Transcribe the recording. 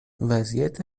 وضعیت